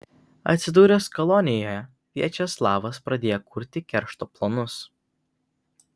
atsidūręs kolonijoje viačeslavas pradėjo kurti keršto planus